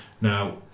now